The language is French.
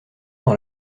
dans